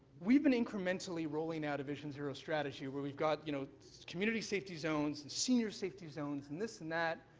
we've been incrementally rolling out a vision zero strategy where we've got you know community safety zones, and senior safety zones and this and that,